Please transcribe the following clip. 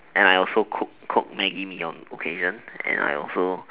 and I also cook cook maggi mee on occasions and I also